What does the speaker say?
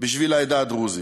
בשביל העדה הדרוזית.